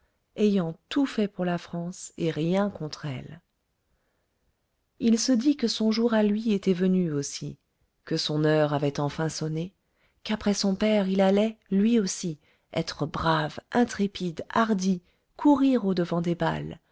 ayant tout fait pour la france et rien contre elle il se dit que son jour à lui était venu aussi que son heure avait enfin sonné qu'après son père il allait lui aussi être brave intrépide hardi courir au-devant des balles